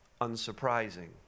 unsurprising